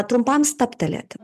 trumpam stabtelėti